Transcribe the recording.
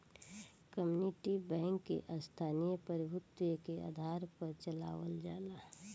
community bank के स्थानीय प्रभुत्व के आधार पर चलावल जाला